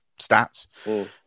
stats